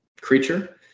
creature